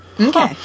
Okay